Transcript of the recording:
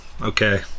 Okay